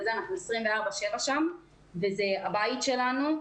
אנחנו 24/7 שם וזה הבית שלנו.